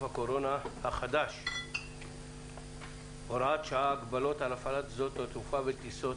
הקורונה החדש (הוראת שעה) (הגבלות על הפעלת שדות תעופה וטיסות),